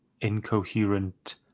incoherent